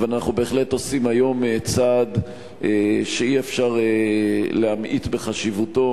אבל אנחנו בהחלט עושים היום צעד שאי-אפשר להמעיט בחשיבותו